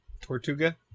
Tortuga